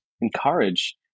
encourage